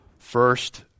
First